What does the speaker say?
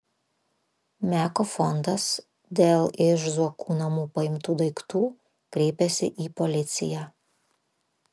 meko fondas dėl iš zuokų namų paimtų daiktų kreipėsi į policiją